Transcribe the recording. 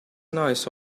nice